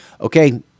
okay